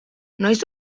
noiz